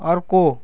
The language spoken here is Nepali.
अर्को